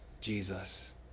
Jesus